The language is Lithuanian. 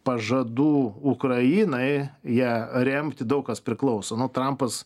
pažadų ukrainai ją remti daug kas priklauso nu trampas